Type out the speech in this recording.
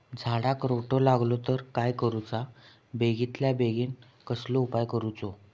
झाडाक रोटो लागलो तर काय करुचा बेगितल्या बेगीन कसलो उपाय करूचो?